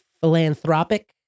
philanthropic